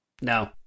No